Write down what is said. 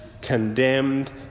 condemned